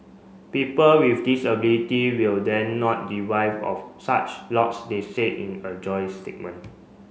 people with disability will then not deprived of such lots they said in a joint statement